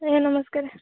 ଆଜ୍ଞା ନମସ୍କାର